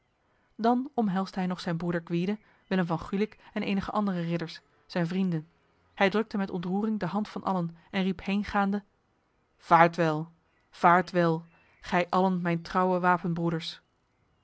dan omhelsde hij nog zijn broeder gwyde willem van gulik en enige andere ridders zijn vrienden hij drukte met ontroering de hand van allen en riep heengaande vaartwel vaartwel gij allen mijn trouwe wapenbroeders